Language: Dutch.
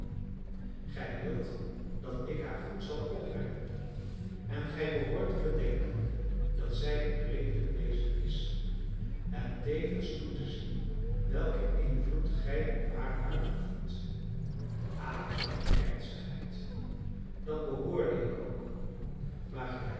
gij wilt dat ik haar goed zal opbrengen en gij behoort te bedenken dat zij een redelijk wezen is en tevens toe te zien welken invloed gij op haar uitoefent akelige ernstigheid dat behoorde ik ook maar gelijk